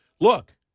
look